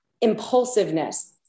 impulsiveness